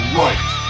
right